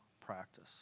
practice